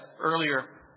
earlier